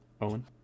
Owen